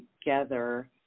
together